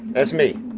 that's me,